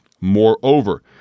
Moreover